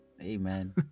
Amen